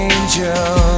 Angel